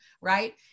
right